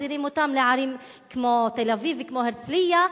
מחזירים אותם לערים כמו תל-אביב וכמו הרצלייה.